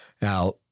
Now